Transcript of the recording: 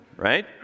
right